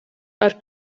are